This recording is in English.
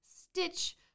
stitch